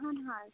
اَہَن حظ